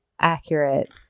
accurate